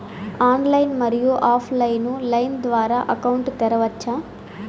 Online, మరియు offline line ద్వారా అకౌంట్ తెరవచ్చా?